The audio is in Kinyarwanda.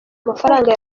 amafaranga